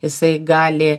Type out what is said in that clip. jisai gali